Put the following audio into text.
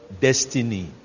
destiny